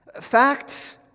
Facts